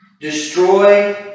Destroy